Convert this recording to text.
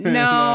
no